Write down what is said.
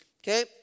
Okay